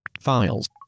files